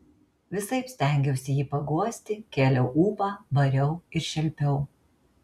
visaip stengiausi jį paguosti kėliau ūpą bariau ir šelpiau